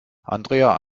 andrea